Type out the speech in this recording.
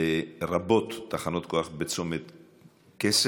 לרבות תחנת כוח בצומת קסם,